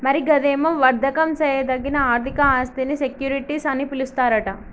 మరి గదేమో వర్దకం సేయదగిన ఆర్థిక ఆస్థినీ సెక్యూరిటీస్ అని పిలుస్తారట